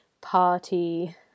party